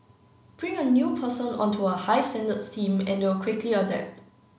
bring a new person onto a high standards team and they'll quickly adapt